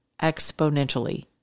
exponentially